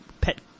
pet